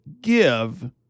give